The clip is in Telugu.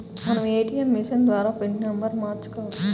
మనం ఏటీయం మిషన్ ద్వారా పిన్ నెంబర్ను మార్చుకోవచ్చు